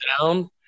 down